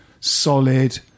solid